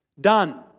Done